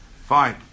Fine